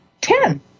ten